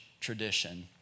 tradition